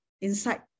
inside